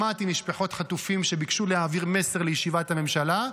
שמעתי משפחות חטופים שביקשו להעביר מסר לישיבת הממשלה.